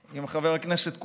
עם חבר הכנסת קושניר.